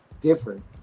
different